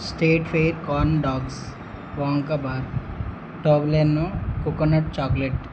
state fair corn dogs Wonka bar Toblerone coconut chocolate